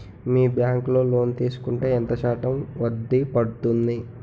మీ bank లో loan తీసుకుంటే ఎంత శాతం వడ్డీ పడ్తుంది?